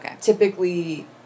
typically